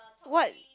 what